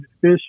fish